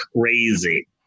crazy